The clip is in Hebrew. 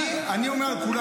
אני אומר על כולם.